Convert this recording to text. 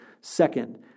second